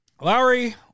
Lowry